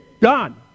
done